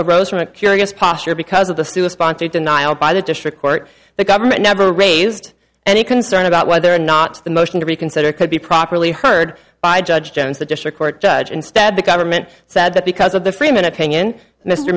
wish rose from a curious posture because of the still a sponsor denial by the district court the government never raised any concern about whether or not the motion to reconsider could be properly heard by judge jones the district court judge instead the government said that because of the freeman opinion mr